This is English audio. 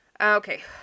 Okay